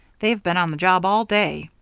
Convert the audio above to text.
they've been on the job all day.